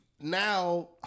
now